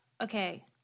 Okay